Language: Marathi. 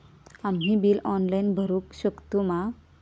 आम्ही बिल ऑनलाइन भरुक शकतू मा?